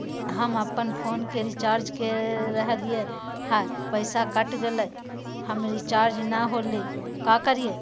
हम अपन फोन के रिचार्ज के रहलिय हल, पैसा कट गेलई, पर रिचार्ज नई होलई, का करियई?